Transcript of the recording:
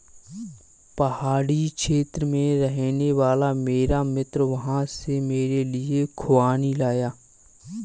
पहाड़ी क्षेत्र में रहने वाला मेरा मित्र वहां से मेरे लिए खूबानी लाया